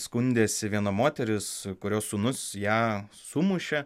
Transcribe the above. skundėsi viena moteris kurios sūnus ją sumušė